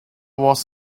was